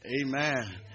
Amen